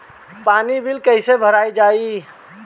पानी बिल कइसे भरल जाई?